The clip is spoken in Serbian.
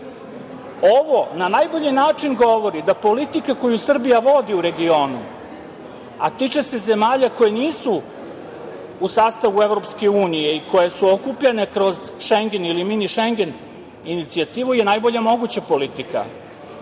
na najbolji način govori da politika koju Srbija vodi u regionu, a tiče se zemalja koje nisu u sastavu EU i koje su okupljene kroz Šengen ili mini Šengen inicijativu je najbolja moguća politika.